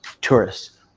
tourists